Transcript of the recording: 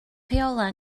rheolau